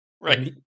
right